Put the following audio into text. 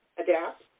adapt